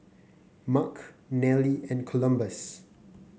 Mark Nelly and Columbus